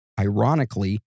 ironically